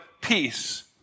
Peace